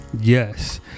Yes